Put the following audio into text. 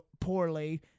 poorly